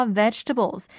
vegetables